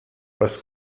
was